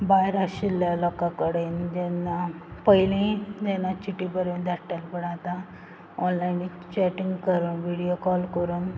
भायर आशिल्ल्या लोकां कडेन जेन्ना पयलीं जेन्ना चिटी बरोवन धाडटाले पूण आतां ऑनलायन एक चॅटींग करूंक विडीयो कॉल कोरूंक